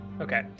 okay